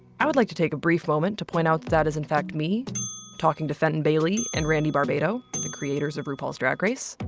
i would like to take a brief moment to point out that is in fact me talking to fenton bailey and randy barbato, the creators of rupaul's drag race.